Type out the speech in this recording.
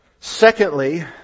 Secondly